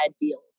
deals